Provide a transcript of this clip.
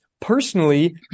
personally